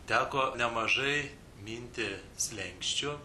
teko nemažai minti slenksčių